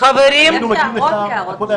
צריך לזכור, יש תכנית מתאר,